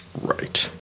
right